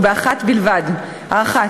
ובאחת בלבד: האחת,